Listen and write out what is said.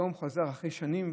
אחרי שנים,